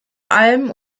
allem